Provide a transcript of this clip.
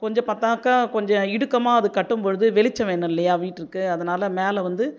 கொஞ்சம் பார்த்தாக்கா கொஞ்ச ம் இடுக்கமா அது கட்டும் பொழுது வெளிச்சம் வேணும் இல்லையா வீட்டிற்கு அதனால் மேலே வந்து